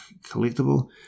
collectible